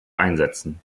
einsetzen